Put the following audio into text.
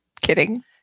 kidding